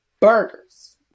burgers